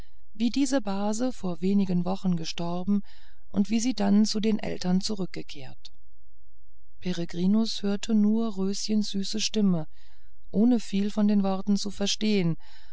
wie diese base vor wenigen wochen gestorben und wie sie dann zu den eltern zurückgekehrt peregrinus hörte nur röschens süße stimme ohne viel von den worten zu verstehen